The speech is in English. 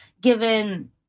given